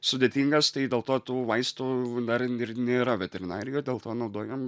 sudėtingas tai dėl to tų vaistų dar ir nėra veterinarijoj dėl to naudojam